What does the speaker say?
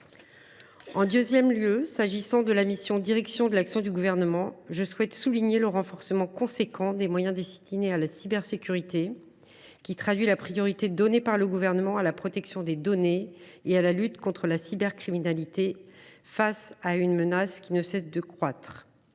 En ce qui concerne la mission « Direction de l’action du Gouvernement », je salue le renforcement important des moyens destinés à la cybersécurité, qui traduit la priorité donnée par le Gouvernement à la protection des données et à la lutte contre la cybercriminalité, face à une menace qui ne cesse de croître.